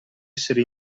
essere